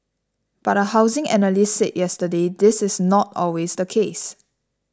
but a housing analyst said yesterday this is not always the case